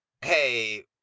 Hey